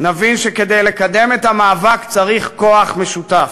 נבין שכדי לקדם את המאבק צריך כוח משותף,